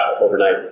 overnight